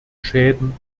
schäden